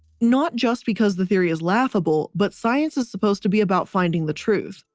not just because the theory is laughable but science is supposed to be about finding the truth.